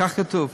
כך כתוב.